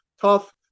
tough